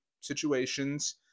situations